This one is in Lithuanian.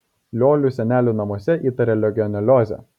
liolių senelių namuose įtarė legioneliozę